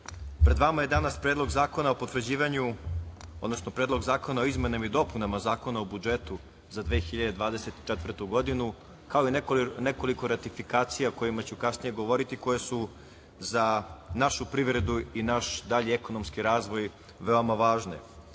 potvrđivanju, odnosno Predlog zakona o izmenama i dopunama Zakona o budžetu za 2024. godinu, kao i nekoliko ratifikacija o kojima ću kasnije govoriti, koje su za našu privredu i naš dalji ekonomski razvoj veoma važne. Pre